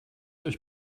euch